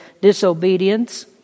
disobedience